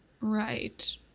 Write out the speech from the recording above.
right